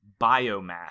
biomass